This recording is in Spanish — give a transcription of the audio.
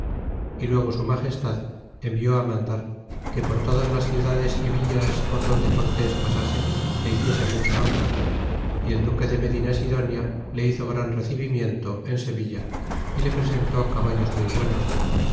y luego su magestad envió á mandar que por todas las ciudades y villas por donde cortés pasase le hiciesen mucha honra y el duque de medina sidonia le hizo gran recebimiento en sevilla y le presentó caballos muy buenos